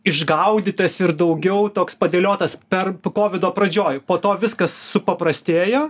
išgaudytas ir daugiau toks padėliotas per kovido pradžioj po to viskas supaprastėjo